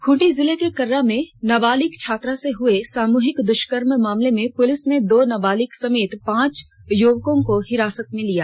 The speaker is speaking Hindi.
खूंटी जिले के कर्रा में नाबालिग छात्रा से हुए सामूहिक दुष्कर्म मामले में पुलिस ने दो नाबालिग समेत पांच युवकों को हिरासत में लिया